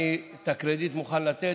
אני את הקרדיט מוכן לתת.